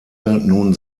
nun